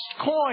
coin